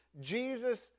Jesus